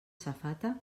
safata